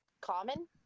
common